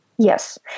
Yes